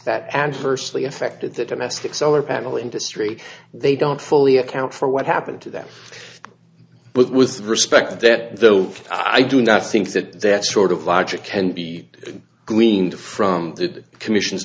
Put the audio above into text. that adversely affected the domestic solar panel industry they don't fully account for what happened to them but with respect to them though i do not think that that sort of logic can be gleaned from the commission